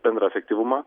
bendrą efektyvumą